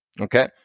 Okay